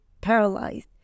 paralyzed